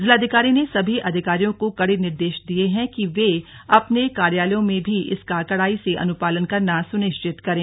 जिलाधिकारी ने सभी अधिकारियों को कड़े निर्देश दिये है कि वे अपने कार्यालयों में भी इसका कड़ाई से अनुपालन करना सुनिश्चित करें